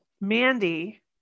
Mandy